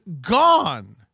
gone